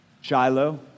Shiloh